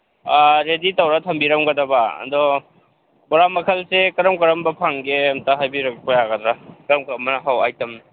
ready ꯇꯧꯔꯒ ꯊꯝꯕꯤꯔꯝꯒꯗꯕ ꯑꯗꯣ ꯕꯣꯔꯥ ꯃꯈꯜꯁꯦ ꯀꯔꯝ ꯀꯔꯝꯕ ꯐꯪꯒꯦ ꯑꯃꯇ ꯍꯥꯏꯕꯤꯔꯛꯄ ꯌꯥꯒꯗ꯭ꯔ ꯀꯔꯝ ꯀꯔꯝꯕꯅ ꯍꯧꯕ ꯏꯇꯦꯝ